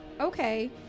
Okay